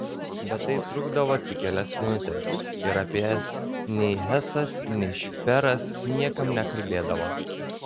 bet tai trukdavo tik kelias minutes ir apie jas nei hesas nei šperas niekam nekalbėdavo